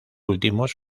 últimos